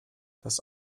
das